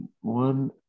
one